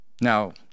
Now